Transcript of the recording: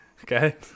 Okay